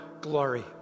glory